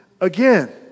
again